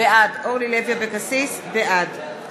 בעד